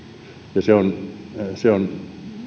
ja se on se on